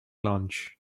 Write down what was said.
launch